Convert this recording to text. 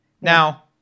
Now